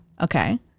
Okay